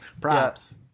Props